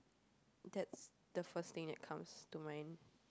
that's the first thing that comes to mind